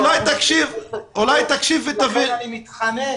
אני מתחנן.